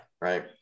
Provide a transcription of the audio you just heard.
right